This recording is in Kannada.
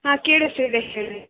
ಹಾಂ ಕೇಳಿಸ್ತಿದೆ ಹೇಳಿ